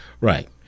Right